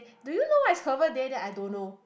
do you know what is herbal day then I don't know